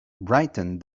brightened